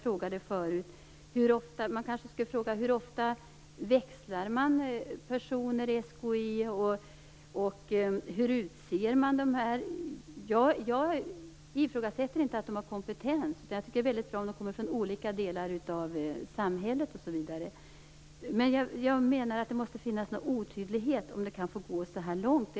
Kanske skulle man också fråga: Hur ofta växlar man personer i SKI, och hur utser man dem? Jag ifrågasätter inte att de har kompetens - jag tycker att det är väldigt bra om de kommer från olika delar av samhället osv. - men jag menar att det måste finnas någon otydlighet om det kan få gå så här långt.